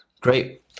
Great